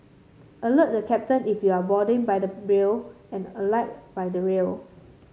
alert the captain if you're boarding by the and alight by the rear